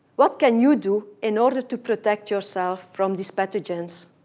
what can you do in order to protect yourself from these pathogens.